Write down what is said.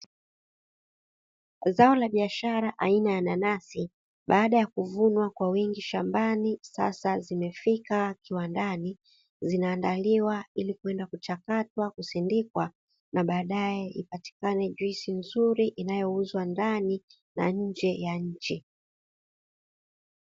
Zao la biashara aina ya nanasi, baada ya kuvunwa kwa wingi shambani, sasa zimefika kiwandani, zinaandaliwa ili kwenda kuchakatwa kusindikwa, na baadae ipatikane nzuri inayouzwa ndani na nnje ya nchi.